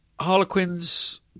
Harlequin's